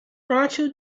rancho